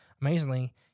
Amazingly